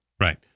Right